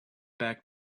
back